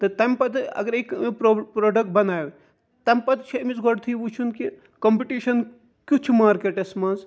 تہٕ تمہِ پَتہٕ اگرے پروڈِکٹ بَنایہِ تمہِ پَتہٕ چھُ أمس گۄڈنٮ۪تھٕے وٕچھُن کہِ کَمپِٹِشَن کیُتھ چھُ مارکٹَس مَنٛز